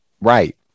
Right